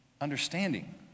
understanding